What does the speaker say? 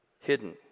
hidden